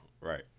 Right